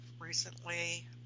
recently